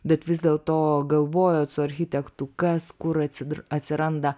bet vis dėl to galvojo su architektu kas kur atsiduria atsiranda